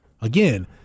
again